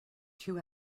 two